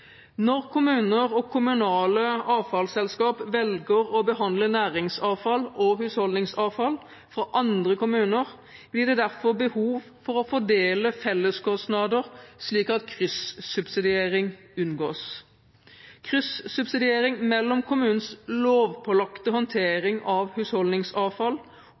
Når kommuner og kommunale avfallsselskap velger å behandle næringsavfall og husholdningsavfall fra andre kommuner, blir det derfor behov for å fordele felleskostnader slik at kryssubsidiering unngås. Kryssubsidiering mellom kommunens lovpålagte håndtering av husholdningsavfall